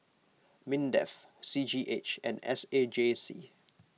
Mindef C G H and S A J C